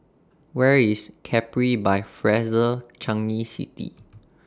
Where IS Capri By Fraser Changi City